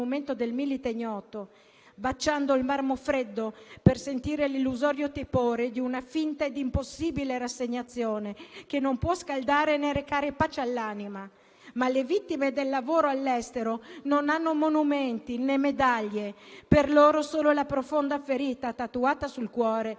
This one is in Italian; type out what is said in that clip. del Milite Ignoto, baciando il marmo freddo per sentire l'illusorio tepore di una finta ed impossibile rassegnazione che non può scaldare né recare pace all'anima. Ma le vittime del lavoro all'estero non hanno monumenti, né medaglie. Per loro solo la profonda ferita tatuata sul cuore